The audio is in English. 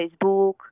facebook